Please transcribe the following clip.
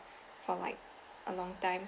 for like a long time